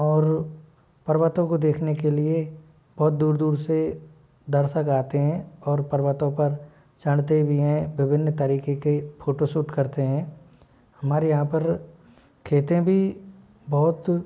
और पर्वतों को देखने के लिए बहुत दूर दूर से दर्शक आते हैं और पर्वतों पर चढ़ते भी हैं विभिन्न तरीके के फोटोसूट करते हैं हमारे यहाँ पर खेते भी बहुत